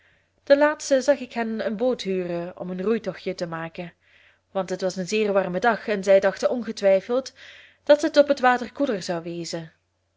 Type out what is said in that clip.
ten laatste zag ik hen een boot huren om een roeitochtje te maken want het was een zeer warme dag en zij dachten ongetwijfeld dat het op het water koeler zou wezen